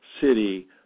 city